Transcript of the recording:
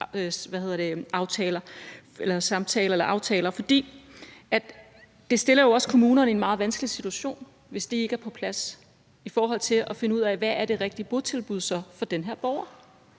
udskrivningsaftaler. For det stiller jo også kommunerne i en meget vanskelig situation, hvis det ikke er på plads, i forhold til atfinde ud af, hvad det rigtige botilbud er for borgeren.